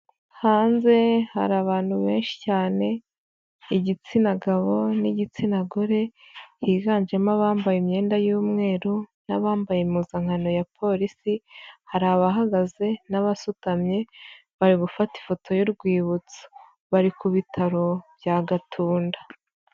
Hanze hari abantu benshi cyane igitsina gabo n'igitsina gore higanjemo abambaye imyenda y'umweru n'abambaye impuzankano ya polisi, hari abahagaze n'abasutamye bari gufata ifoto y'urwibutso, bari ku bitaro bya Gatunda.